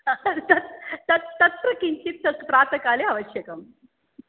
तत् तत् तत् तत्र किञ्चित् तत् प्रातःकाले आवश्यकम्